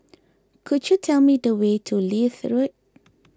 could you tell me the way to Leith Road